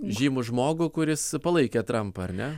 žymų žmogų kuris palaikė trampą ar ne